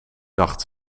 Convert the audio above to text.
dacht